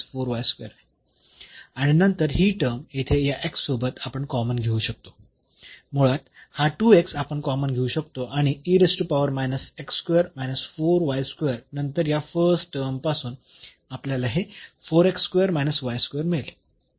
आणि नंतर ही टर्म येथे या x सोबत आपण कॉमन घेऊ शकतो मुळात हा आपण कॉमन घेऊ शकतो आणि नंतर या फर्स्ट टर्म पासून आपल्याला हे मिळेल